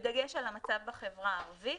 בדגש על המצב בחברה הערבית.